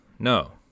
No